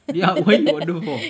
ya why you order four